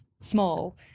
small